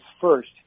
first